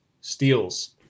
steals